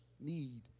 need